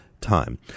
time